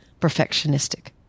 perfectionistic